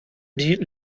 die